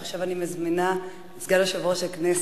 עכשיו אני מזמינה את סגן יושב-ראש הכנסת,